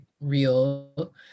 real